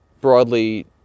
broadly